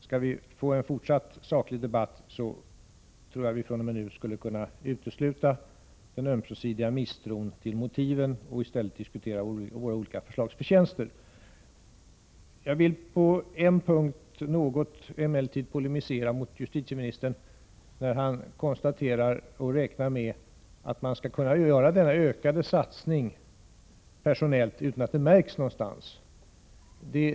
Skall vi få en fortsatt saklig debatt tror jag att vi från och med nu skulle kunna utesluta den ömsesidiga misstron mot motiven och i stället diskutera våra olika förslags förtjänster. Jag vill på en punkt något polemisera mot justitieministern, nämligen när han räknar med att man skall kunna göra denna ökade satsning personellt utan att det märks någonstans.